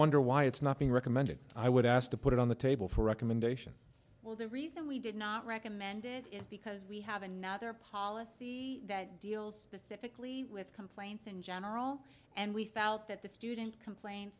wonder why it's not being recommended i would ask to put it on the table for recommendation well the reason we did not recommend it is because we have another policy that deals pacifically with complaints in general and we felt that the student complain